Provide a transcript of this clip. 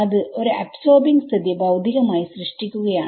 അത് ഒരു അബ്സോർബിങ് സ്ഥിതി ഭൌതികമായി സൃഷ്ടിക്കുകയാണ്